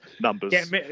numbers